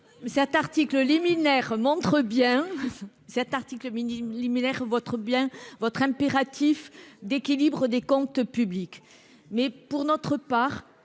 Cet article minime Miller votre bien votre impératif d'équilibre des comptes publics, mais pour notre part,